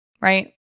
right